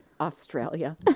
Australia